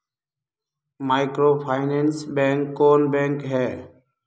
Microfinance bank कौन bank है?